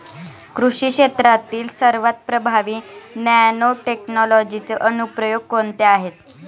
कृषी क्षेत्रातील सर्वात प्रभावी नॅनोटेक्नॉलॉजीचे अनुप्रयोग कोणते आहेत?